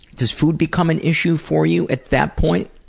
does food become an issue for you at that point?